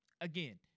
again